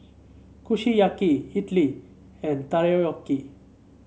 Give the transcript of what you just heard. Kushiyaki Idili and Takoyaki